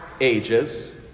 Ages